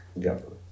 government